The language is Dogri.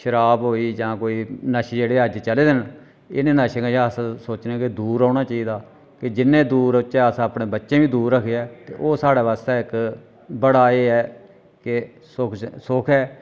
शराब होई जां कोई नशे जेह्ड़े अज्ज चले दे न इ'नें नशे कशा अस सोचने आं कि दूर रौह्ना चाहिदा ते जिन्ने बी दूर रौह्चै असें अपने बच्चें गी बी दूर रक्खेआ ते ओह् साढ़े वास्तै इक बड़ा एह् ऐ कि सुख ऐ